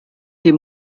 die